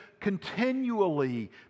continually